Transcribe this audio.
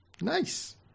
Nice